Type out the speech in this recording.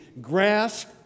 grasp